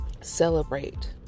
celebrate